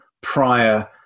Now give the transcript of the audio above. prior